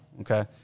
okay